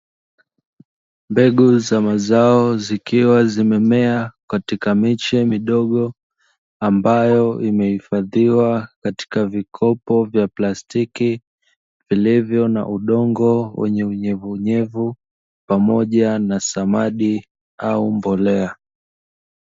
Mbegu za mazao zikiwa zimemea katika miche midogo, ambayo imehifadhiwa katika vikopo vya plastiki vilivyo na udongo wenye unyevuunyevu, pamoja na samadi au mbolea.